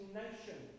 nation